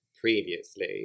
previously